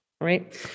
right